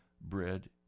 bread